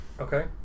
Okay